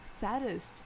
saddest